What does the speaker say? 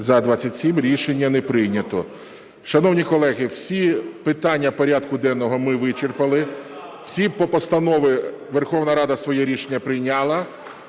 За-27 Рішення не прийнято. Шановні колеги, всі питання порядку денного ми вичерпали. Всі постанови… Верховна Рада своє рішення прийняла.